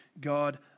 God